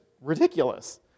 ridiculous